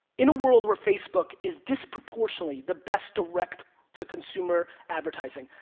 in a world where facebook is disproportionately the best direct-to-consumer advertising,